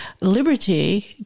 liberty